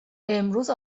امروز